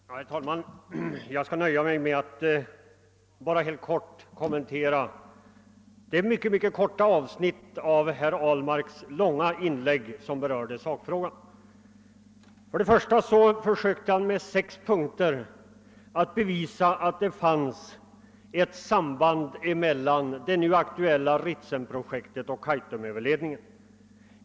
Herr talman! Jag skall nöja mig med att bara kommentera det mycket korta avsnitt av herr Ahlmarks långa inlägg som berörde sakfrågan. Han försökte i sex punkter bevisa att det fanns ett samband emellan det nu aktuella Ritsemprojektet och Kaitumöverledningen.